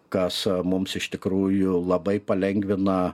kas mums iš tikrųjų labai palengvina